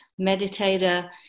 meditator